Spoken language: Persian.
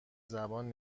زبان